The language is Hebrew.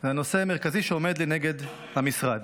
זה הנושא המרכזי שעומד לנגד המשרד.